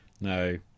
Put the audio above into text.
No